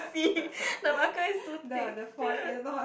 see the marker is too thick